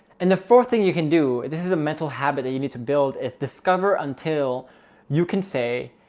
and the fourth thing you can do, this is a mental habit that you need to build as discover until you can say,